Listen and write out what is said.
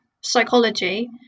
psychology